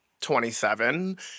27